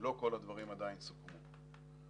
ולא כל הדברים סוכמו עדיין.